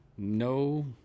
no